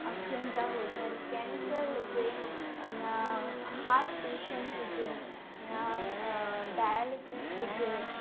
अखियुनि जा हुजनि कैंसर हुजे या हाट पेशंट हुजे या डायलिसिस हुजे